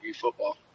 football